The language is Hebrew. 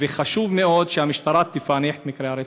וחשוב מאוד שהמשטרה תפענח את מקרי הרצח,